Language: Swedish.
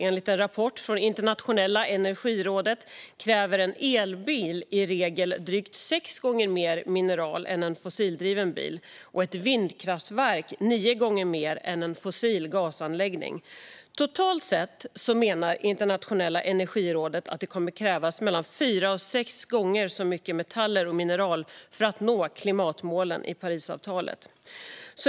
Enligt en rapport från Internationella energirådet kräver en elbil i regel drygt sex gånger mer mineral än en fossildriven bil och ett vindkraftverk nio gånger mer än en fossil gasanläggning. Internationella energirådet menar att det totalt sett kommer att krävas mellan fyra och sex gånger så mycket metaller och mineral för att nå klimatmålen i Parisavtalet.